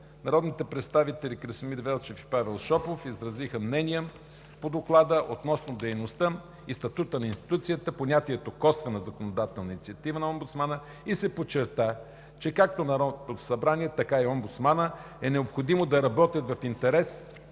народните представители Красимир Велчев и Павел Шопов изразиха мнения по Доклада – относно дейността и статута на институцията, понятието „косвена“ законодателна инициатива на омбудсмана и се подчерта, че както Народното събрание, така и омбудсманът е необходимо да работят в интерес